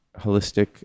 holistic